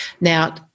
Now